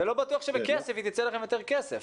ולא בטוח שהיא תצא לכם יותר כסף.